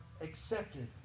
accepted